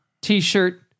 T-shirt